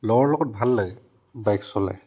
লগৰ লগত ভাল লাগে বাইক চলাই